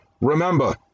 Remember